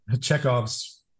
Chekhov's